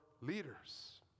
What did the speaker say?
leaders